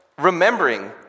remembering